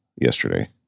yesterday